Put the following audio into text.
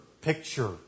picture